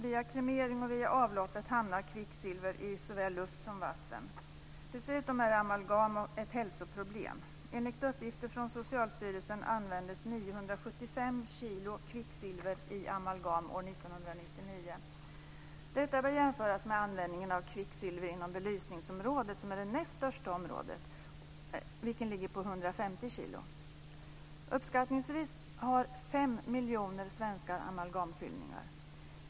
Via kremering och via avloppet hamnar kvicksilver i såväl luft som vatten. Dessutom är amalgam ett hälsoproblem. Enligt uppgifter från Socialstyrelsen användes 975 kilo kvicksilver i amalgam år 1999. Detta bör jämföras med användningen av kvicksilver inom belysningsområdet, som är det näst största området, vilken ligger på 150 kilo. Uppskattningsvis har fem miljoner svenskar amalgamfyllningar.